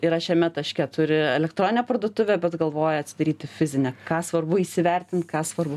yra šiame taške turi elektroninę parduotuvę bet galvoja atsidaryti fizinę ką svarbu įsivertint ką svarbu